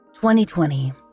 2020